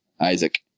Isaac